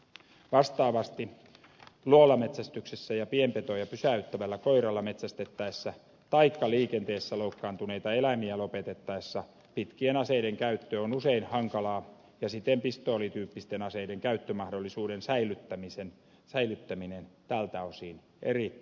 vastaavasti luolametsästyksessä ja pienpetoja pysäyttävällä koiralla metsästettäessä taikka liikenteessä loukkaantuneita eläimiä lopetettaessa pitkien aseiden käyttö on usein hankalaa ja siten pistoolin tyyppisten aseiden käyttömahdollisuuden säilyttäminen tältä osin erittäin tärkeää